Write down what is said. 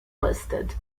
listed